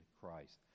Christ